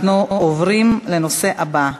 אנחנו עוברים לנושא הבא,